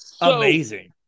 Amazing